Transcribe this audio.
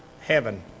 heaven